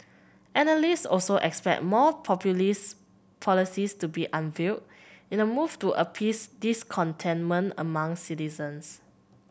analyst also expect more populist policies to be unveiled in a move to appease discontentment among citizens